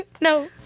no